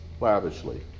lavishly